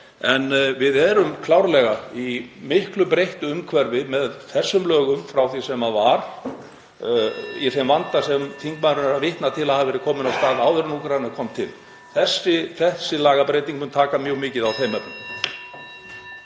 En við erum klárlega í miklu breyttara umhverfi með þessum lögum frá því sem var, í þeim vanda sem þingmaðurinn vitnar til að hafi verið kominn af stað áður en Úkraínustríðið kom til. Þessi lagabreyting mun taka mjög mikið á þeim efnum.